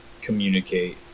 Communicate